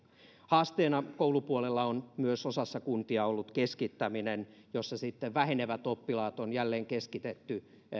haasteena koulupuolella on osassa kuntia ollut myös keskittäminen jossa vähenevät oppilaat on jälleen keskitetty